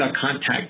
contact